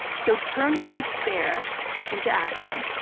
so turn your despair into action.